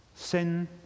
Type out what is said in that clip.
Sin